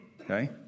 Okay